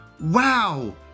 Wow